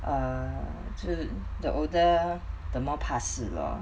err to the older the more 怕死 lor